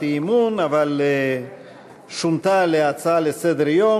אי-אמון אבל שונתה להצעה לסדר-היום,